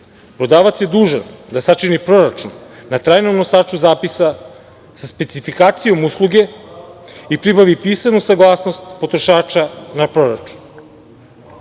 prodavac je dužan da sačini proračun na trajnom nosaču zapisa sa specifikacijom usluge i pribavi pisanu saglasnost potrošača na proračun. Takođe,